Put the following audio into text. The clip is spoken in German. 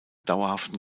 dauerhaften